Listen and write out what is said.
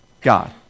God